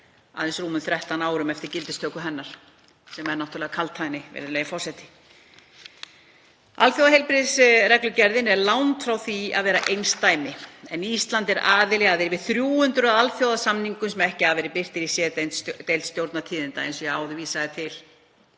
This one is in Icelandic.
aðeins rúmum 13 árum eftir gildistöku hennar sem er náttúrlega kaldhæðni, virðulegi forseti. Alþjóðaheilbrigðisreglugerðin er langt frá því að vera einsdæmi, en Ísland er aðili að yfir 300 alþjóðasamningum sem ekki hafa verið birtir í C-deild Stjórnartíðinda. Kerfislegur vandi